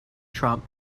trump